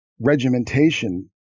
regimentation